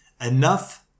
enough